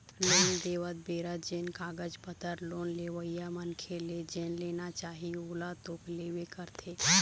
loan देवत बेरा जेन कागज पतर लोन लेवइया मनखे ले जेन लेना चाही ओला तो लेबे करथे